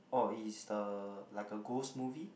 oh is the like a ghost movie